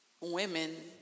women